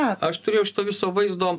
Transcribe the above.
aš turėjau šito viso vaizdo